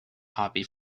hobby